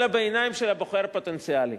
אלא בעיניים של הבוחר הפוטנציאלי.